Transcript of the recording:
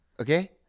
Okay